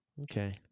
Okay